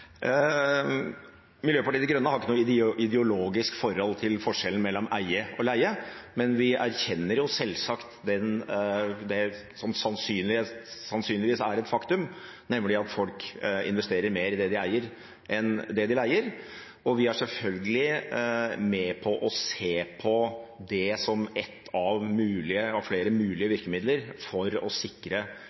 Miljøpartiet De Grønne har ikke noe ideologisk forhold til forskjellen mellom å eie og å leie, men vi erkjenner selvsagt det som sannsynligvis er et faktum, nemlig at folk investerer mer i det de eier, enn det de leier. Vi er selvfølgelig med på å se på det som et av flere mulige virkemidler for å sikre